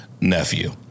nephew